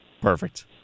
Perfect